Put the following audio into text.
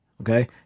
Okay